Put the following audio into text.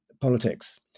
politics